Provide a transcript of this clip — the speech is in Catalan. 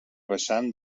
vessant